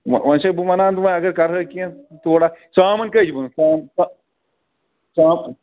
وَ وۄنۍ چھُسَے بہٕ وَنان وۄنۍ اگر کَرٕہٲکھ کیٚنٛہہ تھوڑا ژامَن